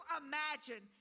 imagine